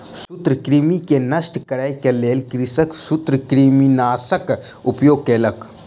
सूत्रकृमि के नष्ट करै के लेल कृषक सूत्रकृमिनाशकक उपयोग केलक